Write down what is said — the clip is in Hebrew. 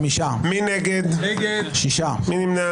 הצבעה לא אושרה